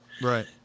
Right